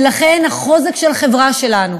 ולכן, החוזק של החברה שלנו